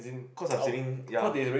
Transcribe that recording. because I'm sitting ya